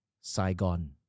Saigon